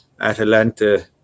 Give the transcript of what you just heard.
atalanta